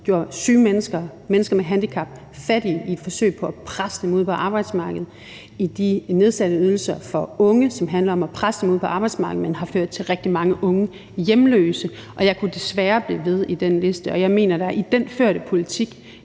mennesker, mennesker med handicap, fattige i et forsøg på at presse dem ud på arbejdsmarkedet, altså med de nedsatte ydelser for unge, hvilket handler om at presse dem ud på arbejdsmarkedet, men som har ført til rigtig mange unge hjemløse. Og jeg kunne desværre blive ved med den liste. Jeg mener, at der i den førte politik